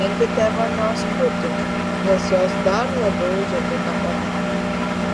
venkite vonios putų nes jos dar labiau džiovina odelę